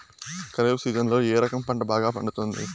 ఖరీఫ్ సీజన్లలో ఏ రకం పంట బాగా పండుతుంది